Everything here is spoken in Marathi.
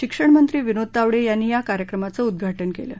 शिक्षणमंत्री विनोद तावड िांनी या कार्यक्रमाचं उद्घाटन कलि